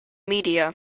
media